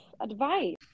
advice